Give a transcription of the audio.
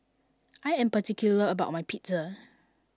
I am particular about my Pizza